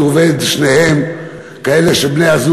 לא שניהם עובדים,